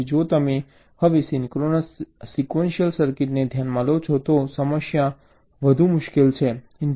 તેથી જો તમે હવે સિન્ક્રોનસ સિક્વન્શિયલ સર્કિટને ધ્યાનમાં લો છો તો સમસ્યા વધુ મુશ્કેલ છે